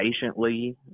Patiently